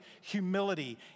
humility